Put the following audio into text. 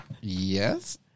Yes